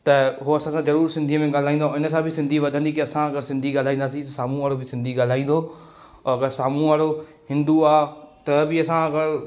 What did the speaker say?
त उहो असां सां ज़रूरु सिंधीअ में ॻाल्हाईंदो उन सां बि सिंधी वधंदी कि असां अगरि सिंधी ॻाल्हाईंदासीं त साम्हूं वारो बि सिंधी ॻाल्हाईंदो और अगरि साम्हूं वारो हिंदू आहे त बि असां अगरि